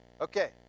Okay